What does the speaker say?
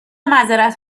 معذرت